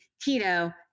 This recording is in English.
keto